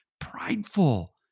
prideful